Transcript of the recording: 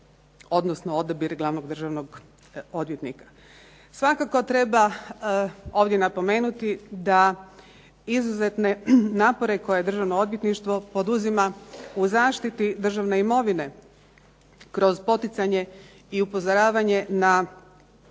odnosno odabir glavnog državnog odvjetnika. Svakako treba ovdje napomenuti da izuzetne napore koje Državno odvjetništvo poduzima u zaštiti državne imovine kroz poticanje i upozoravanje na